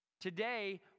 Today